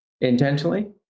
intentionally